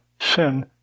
sin